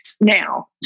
now